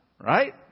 right